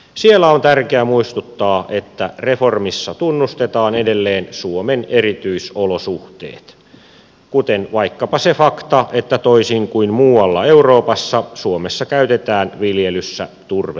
siellä on tärkeää muistuttaa että reformissa tunnustetaan edelleen suomen erityisolosuhteet kuten vaikkapa se fakta että toisin kuin muualla euroopassa suomessa käytetään viljelyssä turvemaata